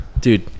Dude